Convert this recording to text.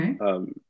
Okay